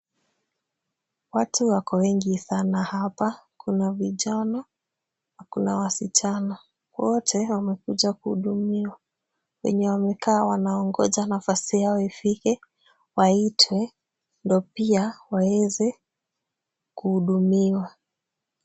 Watu wako wengi sana hapa. Kuna vijana, kuna wasichana. Wote wamekuja kuhudumiwa. Vyenye wamekaa wanaongoja nafasi yao ifike waitwe ndo pia waweze kuhudumiwa.